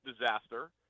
disaster